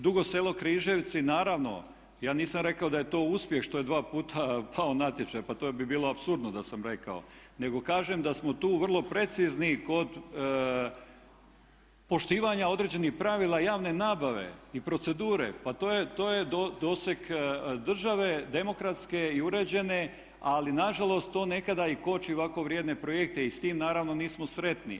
Dugo Selo-Križevci, naravno ja nisam rekao da je to uspjeh što je dva puta pao natječaj, pa to bi bilo apsurdno da sam rekao nego kažem da smo tu vrlo precizni kod poštivanja određenih pravila javne nabave i procedure, pa to je doseg države, demokratske i uređene ali nažalost to nekada i koči ovako vrijedne projekte i s time naravno nismo sretni.